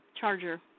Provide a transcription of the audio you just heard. charger